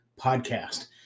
podcast